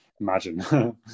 Imagine